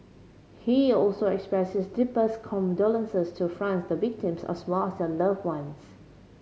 he also expressed his deepest condolences to France the victims as well as their loved ones